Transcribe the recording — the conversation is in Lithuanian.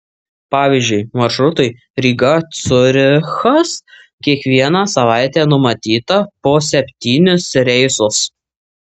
pavyzdžiui maršrutui ryga ciurichas kiekvieną savaitę numatyta po septynis reisus